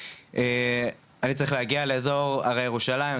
אני צריך להגיע לאזור הרי ירושלים,